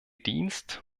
dienst